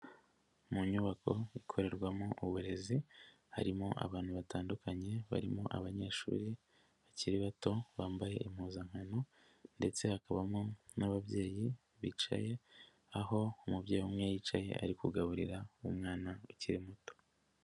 Mu nyubako ikorerwamo uburezi harimo abantu batandukanye barimo abanyeshuri bakiri bato bambaye impuzankano ndetse hakabamo n'ababyeyi bicaye, aho umubyeyi umwe yicaye ari kugaburira umwana ukiri muto.